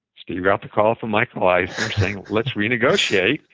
steve got the call from michael eisner saying let's renegotiate.